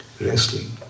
wrestling